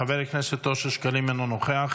חבר הכנסת אושר שקלים, אינו נוכח,